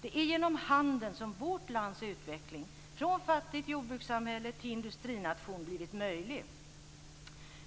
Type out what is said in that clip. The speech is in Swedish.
Det är genom handeln som vårt lands utveckling från fattigt jordbrukssamhälle till industrination blivit möjlig.